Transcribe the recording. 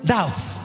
Doubts